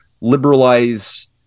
liberalize